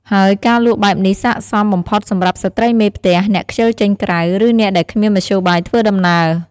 ហើយការលក់បែបនេះស័ក្តិសមបំផុតសម្រាប់ស្ត្រីមេផ្ទះ អ្នកខ្ជិលចេញក្រៅ ឬអ្នកដែលគ្មានមធ្យោបាយធ្វើដំណើរ។